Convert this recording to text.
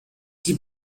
die